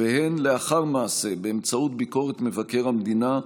והן לאחר מעשה באמצעות ביקורת מבקר המדינה,